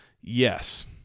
yes